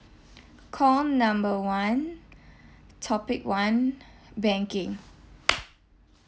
call number one topic one banking